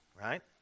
right